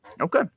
Okay